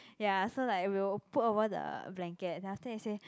ya so like we'll put over the blanket then after that say